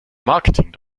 marketing